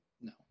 No